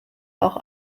auch